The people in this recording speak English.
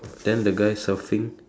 then the guy surfing